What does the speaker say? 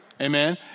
Amen